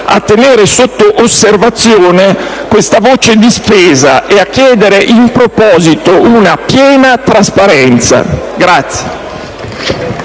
a tenere sotto osservazione questa voce di spesa e a chiedere in proposito una piena trasparenza.